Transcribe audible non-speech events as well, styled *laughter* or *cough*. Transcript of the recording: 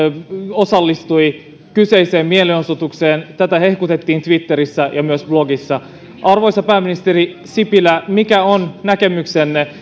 osallistui kyseiseen mielenosoitukseen tätä hehkutettiin twitterissä ja myös blogissa arvoisa pääministeri sipilä mikä on näkemyksenne *unintelligible*